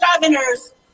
governors